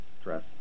stress